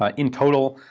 ah in total,